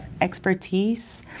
expertise